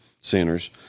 centers